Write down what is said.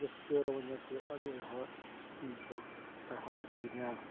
ᱨᱟᱹᱥᱠᱟᱹ ᱨᱚᱢᱚᱡᱽ ᱧᱮᱞ ᱛᱮ ᱟᱹᱰᱤ ᱦᱚᱲ ᱤᱧ ᱠᱚ ᱥᱟᱨᱦᱟᱣ ᱠᱤᱫᱤᱧᱟ